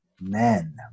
men